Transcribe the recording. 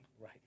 Right